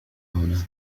هنا